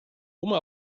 oma